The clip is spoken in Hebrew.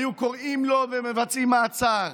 היו קוראים לו ומבצעים מעצר.